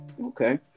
Okay